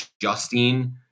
adjusting